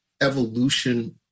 evolution